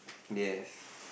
yes